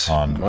on